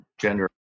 gender